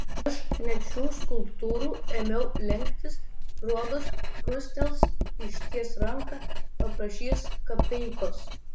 aš net šių skulptūrų ėmiau lenktis rodos krustels išties ranką paprašys kapeikos